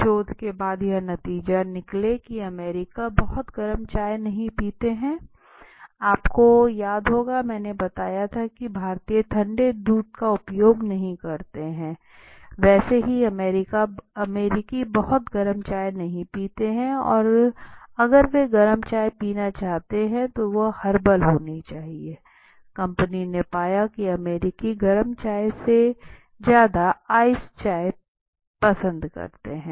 शोध के बाद यह नतीजे निकले की अमेरिकी बहुत गर्म चाय नहीं पीते हैं Iआपको याद होगा मैंने बताया था की भारतीय ठंडे दूध का उपयोग नहीं करते हैं वैसे ही अमेरिकी बहुत गर्म चाय नहीं पीते हैं और अगर वे गर्म चाय पीना चाहते हैं तो वह हर्बल होनी चाहिएकंपनी ने पाया कि अमेरिकी गर्म चाय से ज्यादा आइस चाय पसंद करते थे